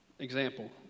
Example